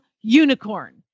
unicorn